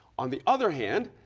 on the other hand,